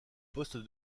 poste